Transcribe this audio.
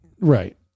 Right